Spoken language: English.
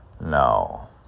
No